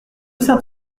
saint